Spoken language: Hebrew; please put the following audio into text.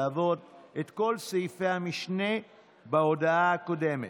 לעבור את כל סעיפי המשנה בהודעה הקודמת,